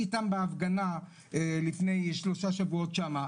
איתם בהפגנה לפני שלושה שבועות שם.